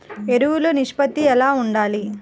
ఎరువులు నిష్పత్తి ఎలా ఉండాలి?